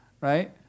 right